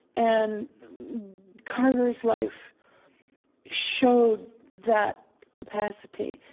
and carver's life showed that capacity.